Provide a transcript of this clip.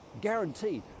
guaranteed